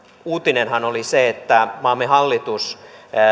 uutinenhan oli se että maamme hallitus